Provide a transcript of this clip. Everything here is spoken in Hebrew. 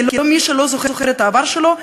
כי מי שלא זוכר את העבר שלו,